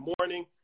morning